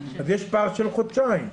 יש פער של חודשיים.